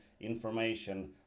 information